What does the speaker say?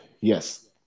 Yes